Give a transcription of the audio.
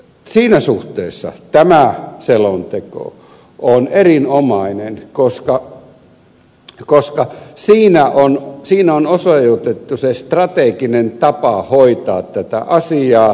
siinä suhteessa tämä selonteko on erinomainen koska siinä on osoitettu se strateginen tapa hoitaa tätä asiaa